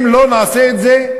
אם לא נעשה את זה,